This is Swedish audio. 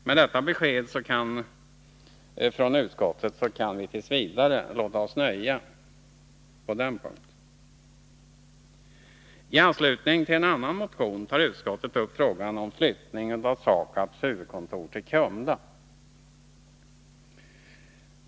Med detta besked från utskottet kan vi t.v. låta oss nöja på den punkten. I anslutning till en annan motion tar utskottet upp frågan om flyttning av SAKAB:s huvudkontor till Kumla.